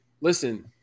listen